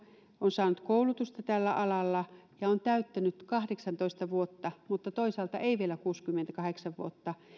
on saanut koulutusta tällä alalla ja on täyttänyt kahdeksantoista vuotta mutta toisaalta ei vielä kuusikymmentäkahdeksan vuotta